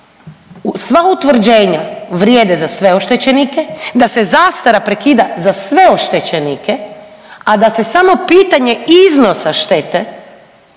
sva utvrđena vrijede za sve oštećenike, da se zastara prekida za sve oštećenike, a da se samo pitanje iznosa štete